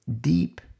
Deep